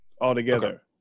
altogether